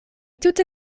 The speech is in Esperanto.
tute